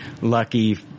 lucky